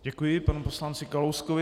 Děkuji panu poslanci Kalouskovi.